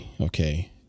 Okay